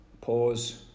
Pause